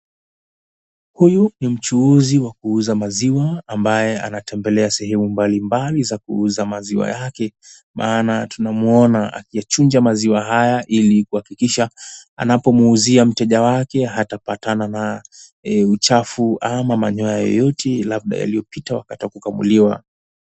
Huyu mi mchuuzi wa kuuza maziwa ambaye anatembelea sehemu mbalimbali za kuuza maziwa yake maana tunamuona akiyachunja maziwa haya ili kuhakikisha anapomuuzia mteja wake hatapatana na uchafu ama manyoa yeyote labda yaliyopita wakati wa kukamuliwa.